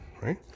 Right